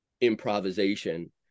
improvisation